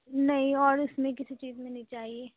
نہیں اور اس میں کسی چیز میں نہیں چاہیے